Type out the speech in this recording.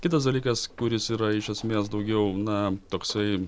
kitas dalykas kuris yra iš esmės daugiau na toksai